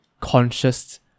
conscious